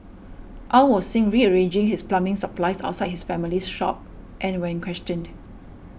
Aw was seen rearranging his plumbing supplies outside his family's shop and when questioned